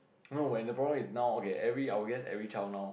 no when the problem is now okay every I'll guess every child now